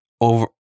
over